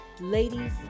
Ladies